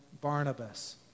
Barnabas